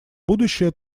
будущее